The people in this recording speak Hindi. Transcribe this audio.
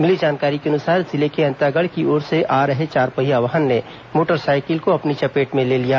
मिली जानकारी के अनुसार जिले के अंतागढ़ की ओर से आ रहे चारपहिया वाहन ने मोटरसाइकिल को अपनी चपेट में ले लिया